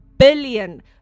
billion